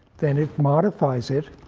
then it modifies it